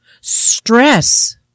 stress